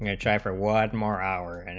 yeah check for one more hour and